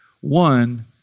one